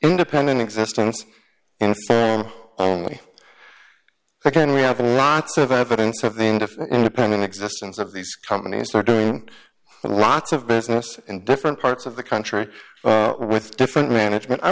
independent existence and then only can we have an lots of evidence of the independent existence of these companies are doing lots of business in different parts of the country with different management i